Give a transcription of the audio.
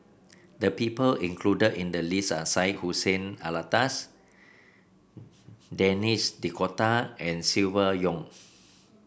the people included in the list are Syed Hussein Alatas Denis D'Cotta and Silvia Yong